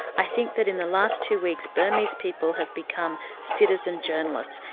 i think that in the last two weeks burmese people have become citizen journalists,